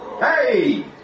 Hey